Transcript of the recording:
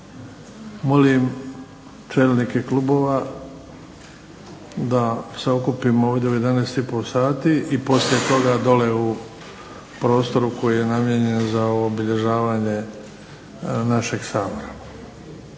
Molim čelnike klubova da se okupimo ovdje u 11,30 sati i poslije toga dole u prostoru koji je namijenjen za obilježavanje našeg Sabora.